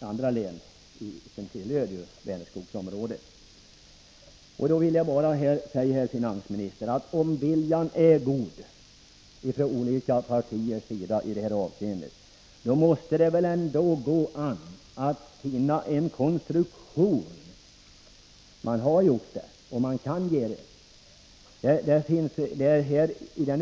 andra län inom Vänerskogs verksamhetsområde. Jag vill säga finansministern att om bara viljan är god i det här avseendet från olika partier, måste det väl gå att finna en lämplig konstruktion till lösning. Man har gjort det tidigare, och man kan göra det igen.